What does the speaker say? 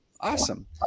Awesome